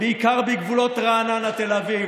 בעיקר בגבולות רעננה-תל אביב".